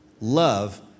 Love